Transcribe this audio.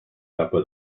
tapa